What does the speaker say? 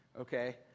okay